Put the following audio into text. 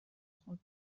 خود